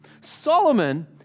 Solomon